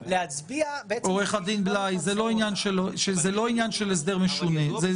עו"ד בליי, זה לא עניין של הסדר משונה.